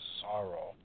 sorrow